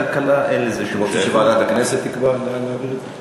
רוצים שוועדת הכנסת תקבע לאן להעביר את זה?